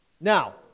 Now